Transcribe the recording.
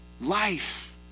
life